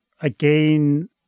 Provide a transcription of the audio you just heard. again